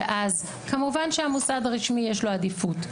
שאז כמובן שהמוסד הרשמי יש לו עדיפות,